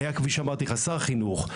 שהיה כפי שאמרתי לך שר חינוך,